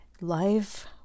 life